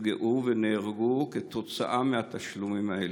נפגעו ונהרגו כתוצאה מהתשלומים האלה.